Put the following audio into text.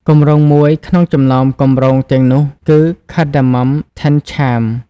គម្រោងមួយក្នុងចំណោមគម្រោងទាំងនោះគឺ Cardamom Tented Camp។